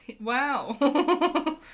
wow